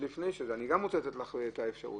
גם אני רוצה לתת לך את האפשרות,